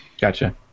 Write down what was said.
Gotcha